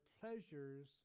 pleasures